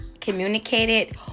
communicated